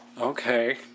Okay